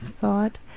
thought